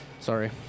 Sorry